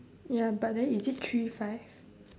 ya but then is it three five